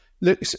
look